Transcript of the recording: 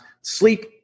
sleep